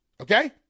Okay